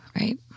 Right